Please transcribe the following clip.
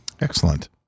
Excellent